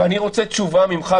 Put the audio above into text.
אני רוצה תשובה ממך,